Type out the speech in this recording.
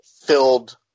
filled